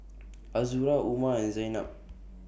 Azura Umar and Zaynab